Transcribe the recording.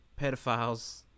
pedophiles